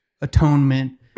atonement